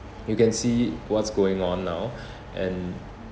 you can see what's going on now and